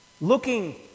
looking